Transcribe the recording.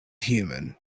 human